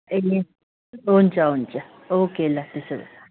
ए हुन्छ हुन्छ ओके ल त्यसो भए